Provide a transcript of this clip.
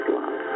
love